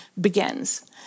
begins